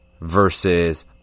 versus